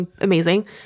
amazing